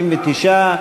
נתקבל.